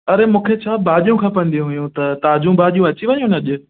अरे मूंखे छा भाॼियूं खपंदियूं हुयूं त ताज़ियूं भाॼियूं अची वयूं आहिनि अॼु